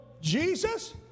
Jesus